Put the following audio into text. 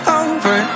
over